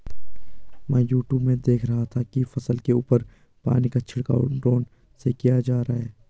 मैं यूट्यूब में देख रहा था कि फसल के ऊपर पानी का छिड़काव ड्रोन से किया जा रहा है